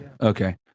okay